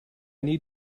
need